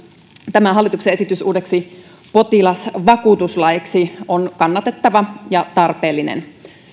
tämä hallituksen esitys uudeksi potilasvakuutuslaiksi on kannatettava ja tarpeellinen